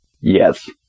Yes